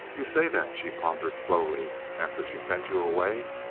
you say that, she pondered slowly, after she sent you away?